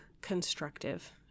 constructive